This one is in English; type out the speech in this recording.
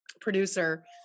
producer